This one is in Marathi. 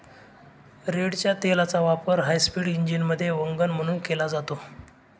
रेडच्या तेलाचा वापर हायस्पीड इंजिनमध्ये वंगण म्हणून केला जातो